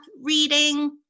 reading